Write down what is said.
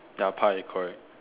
ya pie correct